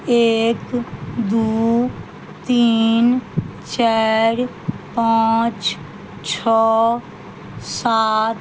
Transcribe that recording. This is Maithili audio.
एक दू तीन चारि पाँच छओ सात